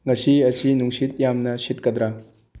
ꯉꯁꯤ ꯑꯁꯤ ꯅꯨꯡꯁꯤꯠ ꯌꯥꯝꯅ ꯁꯤꯠꯀꯗ꯭ꯔꯥ